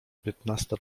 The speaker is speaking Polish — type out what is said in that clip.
piętnasta